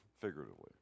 figuratively